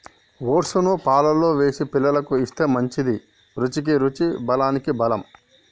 oats ను పాలల్లో వేసి పిల్లలకు ఇస్తే మంచిది, రుచికి రుచి బలానికి బలం